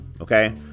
okay